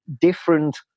different